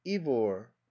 ivor